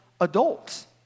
adults